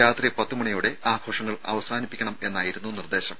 രാത്രി പത്തു മണിയോടെ ആഘോഷങ്ങൾ അവസാനിപ്പിക്കണമെന്നായിരുന്നു നിർദേശം